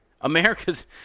America's